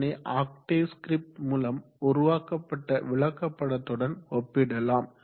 இதனை Octave script மூலம் உருவாக்கப்பட்ட விளக்கப்படத்துடன் ஒப்பிடலாம்